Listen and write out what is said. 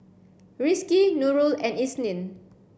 Rizqi Nurul and Isnin